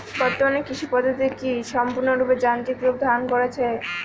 বর্তমানে কৃষি পদ্ধতি কি সম্পূর্ণরূপে যান্ত্রিক রূপ ধারণ করেছে?